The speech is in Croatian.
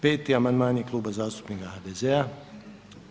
5. amandman je Kluba zastupnika HDZ-a.